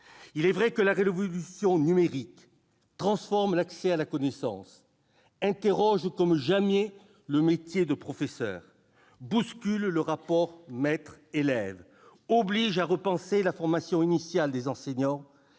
Il est vrai que la révolution numérique transforme l'accès à la connaissance, interroge comme jamais le métier de professeur, bouscule le rapport maître-élève, oblige à repenser la formation initiale des enseignants